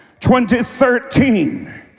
2013